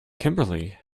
kimberly